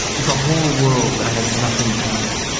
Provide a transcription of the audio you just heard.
it's a whole world that i have nothing to do with,